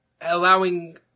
Allowing